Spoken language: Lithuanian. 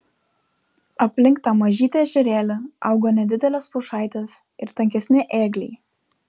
aplink tą mažytį ežerėlį augo nedidelės pušaitės ir tankesni ėgliai